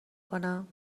کنم